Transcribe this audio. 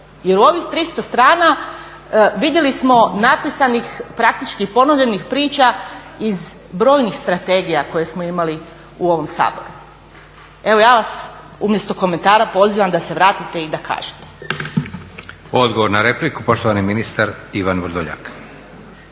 Jer u ovih 300 strana vidjeli smo napisanih praktički ponovljenih priča iz brojnih strategija koje smo imali u ovom Saboru. Evo ja vas umjesto komentara pozivam da se vratite i da kažete. **Leko, Josip (SDP)** Odgovor na repliku, poštovani ministar Ivan Vrdoljak.